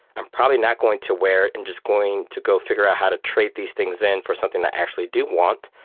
i'm probably not going to wear and just going to go figure out how to trade these things and for something i actually do want,